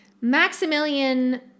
Maximilian